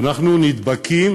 ואנחנו נדבקים